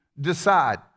decide